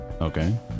Okay